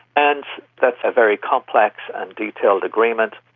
and that's a very complex and detailed agreement.